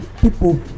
people